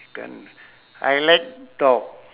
can't I like dog